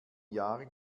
jahr